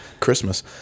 christmas